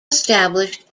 established